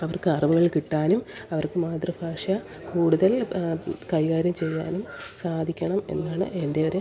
അവർക്കറിവുകൾ കിട്ടാനും അവർക്ക് മാതൃഭാഷ കൂടുതൽ കൈകാര്യം ചെയ്യാനും സാധിക്കണം എന്നാണ് എൻ്റെയൊരു